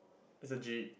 it's a jeep